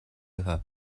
her